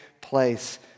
place